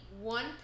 one